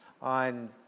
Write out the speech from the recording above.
on